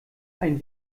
ein